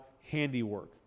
handiwork